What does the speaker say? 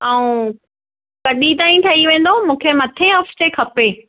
अऊं कॾहिं ताईं ठही वेंदो मूंखे मथें हफ़्ते खपे